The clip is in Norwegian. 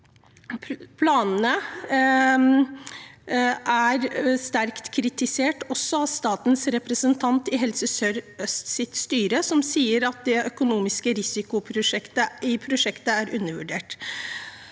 Planene er blitt sterkt kritisert, også av statens representant i Helse Sør-Østs styre, som sier at den økonomiske risikoen i prosjektet er undervurdert.